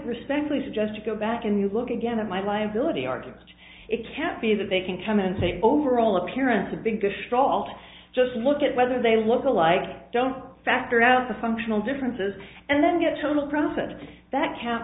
respectfully suggest you go back and you look again at my liability artist it can't be that they can come in and take over all appearance a big dish all to just look at whether they look alike don't factor out the functional differences and then get a little profit that can't